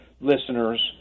listeners